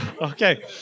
Okay